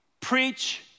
Preach